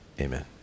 amen